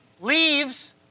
leaves